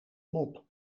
mop